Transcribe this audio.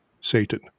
Satan